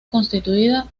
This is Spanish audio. constituida